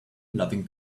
loving